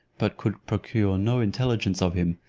but could procure no intelligence of him,